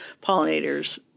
pollinators